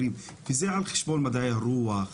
וזה על חשבון מדעי הרוח,